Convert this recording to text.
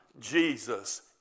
Jesus